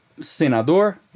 Senador